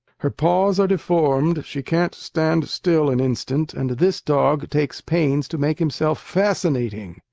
her paws are deformed, she can't stand still an instant, and this dog takes pains to make himself fascinating!